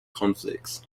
conflicts